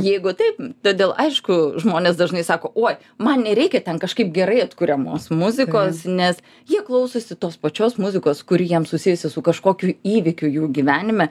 jeigu taip todėl aišku žmonės dažnai sako oi man nereikia ten kažkaip gerai atkuriamos muzikos nes jie klausosi tos pačios muzikos kuri jiems susijusi su kažkokiu įvykiu jų gyvenime